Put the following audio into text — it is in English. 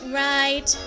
right